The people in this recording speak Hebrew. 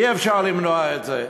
אי-אפשר למנוע את זה,